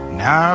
now